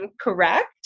correct